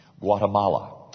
Guatemala